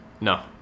No